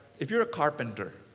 if you're a carpenter,